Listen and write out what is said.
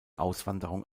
auswanderung